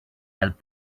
help